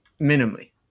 minimally